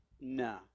No